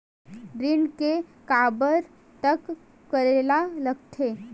ऋण के काबर तक करेला लगथे?